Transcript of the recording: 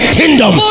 kingdom